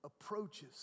approaches